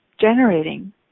generating